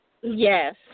Yes